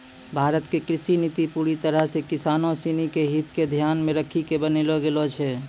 भारत के कृषि नीति पूरी तरह सॅ किसानों सिनि के हित क ध्यान मॅ रखी क बनैलो गेलो छै